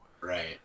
Right